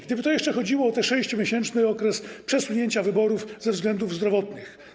Gdyby to jeszcze chodziło o ten 6-miesięczny okres przesunięcia wyborów ze względów zdrowotnych.